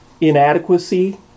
inadequacy